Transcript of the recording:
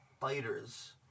Fighters